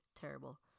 Terrible